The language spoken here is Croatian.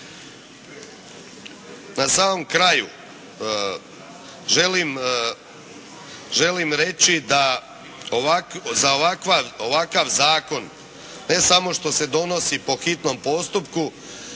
Na samom kraju želim reći da za ovakav Zakon ne samo što se donosi po hitnom postupku,